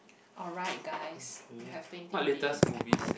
alright guys we have twenty minutes to go